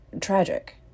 tragic